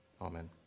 Amen